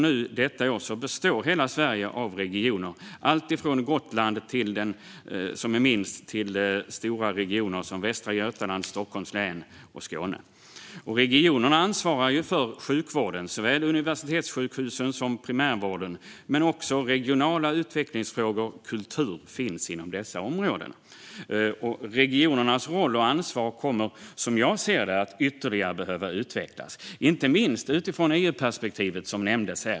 Nu, detta år, består hela Sverige av regioner - från Gotland, som är minst, till stora regioner som Västra Götaland, Stockholms län och Skåne. Regionerna ansvarar för sjukvården, såväl universitetssjukhusen som primärvården, men också regionala utvecklingsfrågor och kultur finns inom ansvarsområdena. Regionernas roll och ansvar kommer, som jag ser det, att behöva utvecklas ytterligare, inte minst utifrån EU-perspektivet, som nämndes.